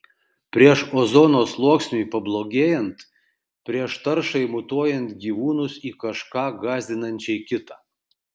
prieš ozono sluoksniui pablogėjant prieš taršai mutuojant gyvūnus į kažką gąsdinančiai kitą